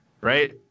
right